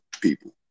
people